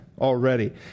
already